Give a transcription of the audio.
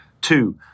Two